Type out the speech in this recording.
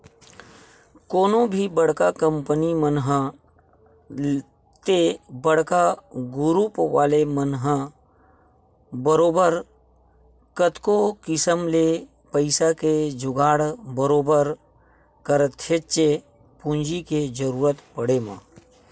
कोनो भी बड़का कंपनी मन ह ते बड़का गुरूप वाले मन ह बरोबर कतको किसम ले पइसा के जुगाड़ बरोबर करथेच्चे पूंजी के जरुरत पड़े म